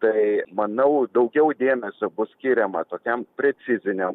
tai manau daugiau dėmesio bus skiriama tokiam preciziniam